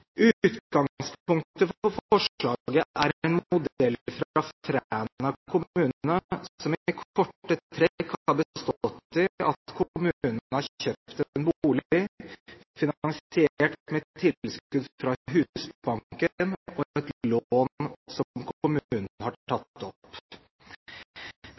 Utgangspunktet for forslaget er en modell fra Fræna kommune som i korte trekk har bestått i at kommunen har kjøpt en bolig, finansiert med tilskudd fra Husbanken og et lån som kommunen har